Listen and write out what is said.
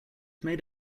made